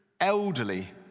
elderly